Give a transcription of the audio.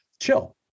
chill